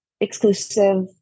exclusive